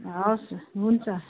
हवस् हुन्छ